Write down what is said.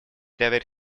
david